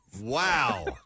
Wow